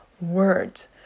words